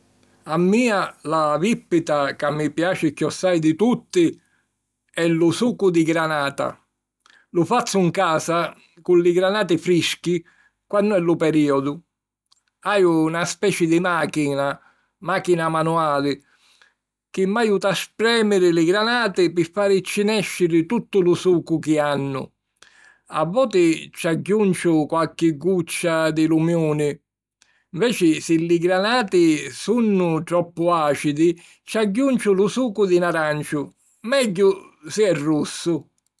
A mia la vìppita ca mi piaci chiossai di tutti è lu sucu di granata. Lu fazzu 'n casa cu li granati frischi, quannu è lu perìodu. Haju na speci di màchina, màchina manuali, chi m'aiuta a sprèmiri li granati pi fàrici nèsciri tuttu lu sucu chi hannu. A voti ci agghiunciu qualchi guccia di lumiuni. Nveci, si li granati sunnu troppu àcidi, ci agghiunciu lu sucu di 'n aranciu, megghiu si è russu.